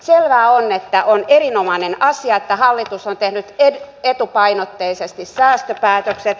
selvää on että on erinomainen asia että hallitus on tehnyt etupainotteisesti säästöpäätökset